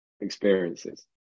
experiences